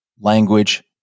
language